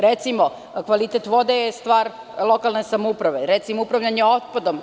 Recimo, kvalitet vode je stvar lokalne samouprave, upravljanje otpadom.